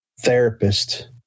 therapist